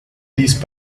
these